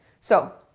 so,